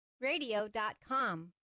Radio.com